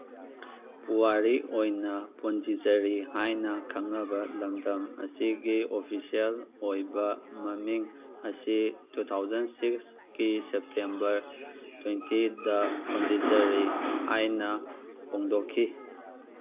ꯄꯨꯋꯥꯔꯤ ꯑꯣꯏꯅ ꯄꯣꯟꯗꯨꯆꯦꯔꯤ ꯍꯥꯏꯅ ꯈꯪꯅꯕ ꯂꯝꯗꯝ ꯑꯁꯤꯒꯤ ꯑꯣꯐꯤꯁꯦꯜ ꯑꯣꯏꯕ ꯃꯃꯤꯡ ꯑꯁꯤ ꯇꯨ ꯊꯥꯎꯖꯟ ꯁꯤꯛꯁꯀꯤ ꯁꯦꯞꯇꯦꯝꯕꯔ ꯇ꯭ꯋꯦꯟꯇꯤꯗ ꯄꯣꯟꯗꯤꯆꯦꯔꯤ ꯍꯥꯏꯅ ꯄꯣꯟꯗꯤꯆꯦꯔꯤ ꯍꯥꯏꯅ ꯍꯣꯡꯗꯣꯛꯈꯤ